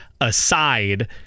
aside